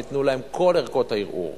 וניתנו להם כל ערכאות הערעור.